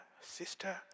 sister